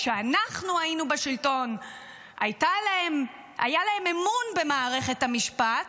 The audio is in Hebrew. כשאנחנו היינו בשלטון היה להם אמון במערכת המשפט,